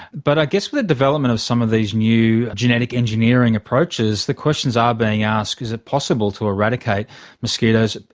but i guess with the development of some of these in new genetic engineering approaches, the questions are being asked is it possible to eradicate mosquitoes,